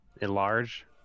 enlarge